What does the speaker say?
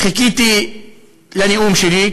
חיכיתי לנאום שלי,